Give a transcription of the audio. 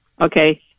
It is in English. Okay